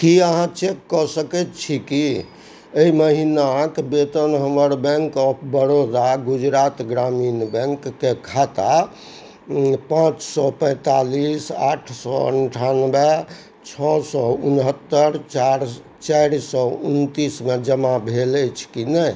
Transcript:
की अहाँ चेक कऽ सकैत छी कि एहि महिनाके वेतन हमर बैंक ऑफ बड़ोदा गुजरात ग्रामीण बैंकके खाता पांँच सए पैंतालिस आठ सए अन्ठानवे छओ सए उनहत्तर चारि चारि सए उनतीस मे जमा भेल अछि कि नहि